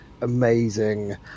amazing